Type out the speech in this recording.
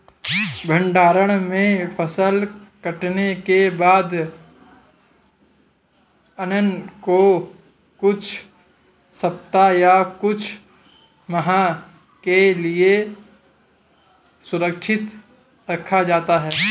भण्डारण में फसल कटने के बाद अन्न को कुछ सप्ताह या कुछ माह के लिये सुरक्षित रखा जाता है